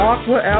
Aqua